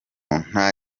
nta